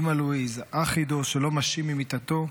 אימא לואיזה והאח עידו, שלא משים ממיטתו.